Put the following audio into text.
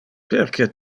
perque